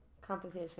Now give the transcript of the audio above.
Competition